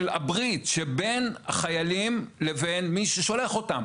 של הברית לבין החיילים לבין מי ששולח אותם.